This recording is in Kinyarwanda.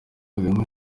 hamwe